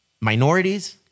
minorities